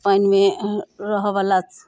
पानिमे रहयवला